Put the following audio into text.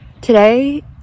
Today